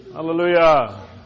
hallelujah